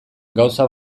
gauza